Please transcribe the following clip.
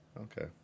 okay